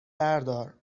بردار